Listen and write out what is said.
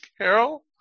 Carol